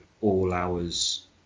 all-hours